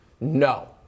No